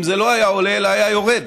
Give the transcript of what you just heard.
אם זה לא היה עולה אלא היה יורד.